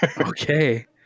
Okay